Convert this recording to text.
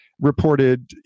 reported